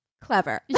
clever